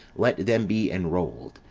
let them be enrolled,